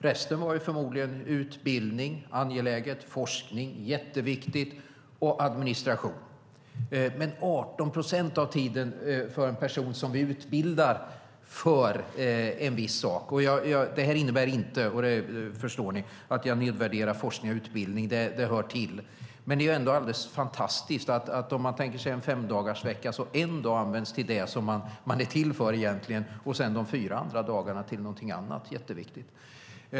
Resten var förmodligen utbildning - angeläget, forskning - jätteviktigt, och administration. Endast 18 procent av tiden användes för det som vi utbildar personerna till. Det innebär inte, det förstår ni, att jag nedvärderar forskning och utbildning, det hör till, men det är ändå alldeles fantastiskt att under en femdagarsvecka endast en dag används till det som man egentligen är till för och övriga fyra dagar används till någonting annat i och för sig viktigt.